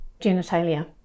genitalia